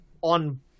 on